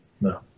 No